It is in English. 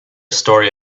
story